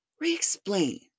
re-explain